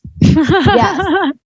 Yes